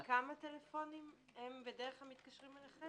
אחרי כמה טלפונים הם בדרך כלל מתקשרים אליכם?